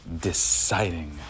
deciding